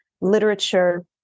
literature